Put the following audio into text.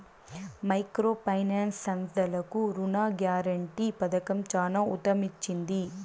micro finance సంస్థలకు రుణ guarantee పథకం చానా ఊతమిచ్చింది